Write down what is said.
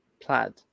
plaid